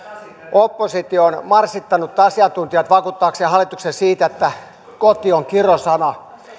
oppositio on marssittanut asiantuntijat vakuuttaakseen hallituksen siitä että koti on kirosana